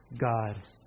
God